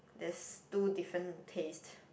there's two different taste